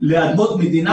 לאדמות מדינה,